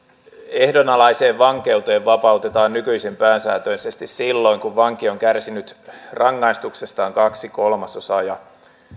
ehdonalaiseen vankeuteen vapautetaan nykyisin pääsääntöisesti silloin kun vanki on kärsinyt rangaistuksestaan kaksi kolmasosaa ja